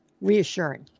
Reassuring